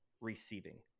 receiving